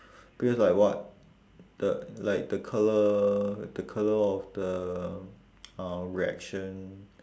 because like what the like the colour the colour of the uh reaction